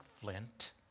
flint